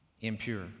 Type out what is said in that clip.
impure